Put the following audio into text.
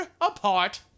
apart